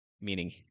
meaning